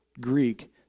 Greek